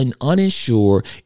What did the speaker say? uninsured